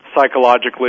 psychologically